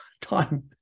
time